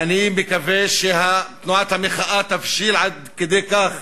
ואני מקווה שתנועת המחאה תבשיל לכדי כך,